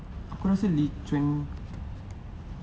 aku rasa lee chuan